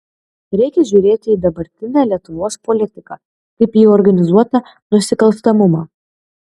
reikia žiūrėti į dabartinę lietuvos politiką kaip į organizuotą nusikalstamumą